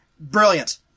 Brilliant